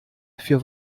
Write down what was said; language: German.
für